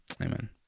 Amen